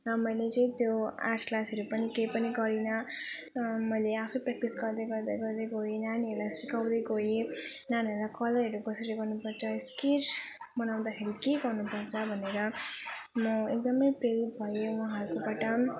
र मैले चाहिँ त्यो आर्ट क्लासहरू पनि केही पनि गरिनँ मैले आफै प्र्याक्टिस गर्दै गर्दै गर्दै गएँ नानीहरूलाई सिकाउँदै गएँ नानीहरूलाई कलरहरू कसरी गर्नु पर्छ स्केच बनाउँदाखेरि के गर्नु पर्छ भनेर म एकदम प्रेरित भएँ उहाँहरूकोबाट